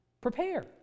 Prepare